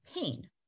pain